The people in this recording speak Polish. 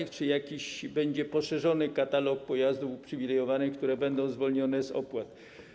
Czy będzie poszerzony katalog pojazdów uprzywilejowanych, które będą zwolnione z opłat?